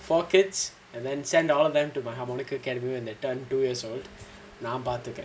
four kids and then send all of them to my harmonica group when they turn two years old நான் பார்த்துக்குறேன்:naan paarthukkuraen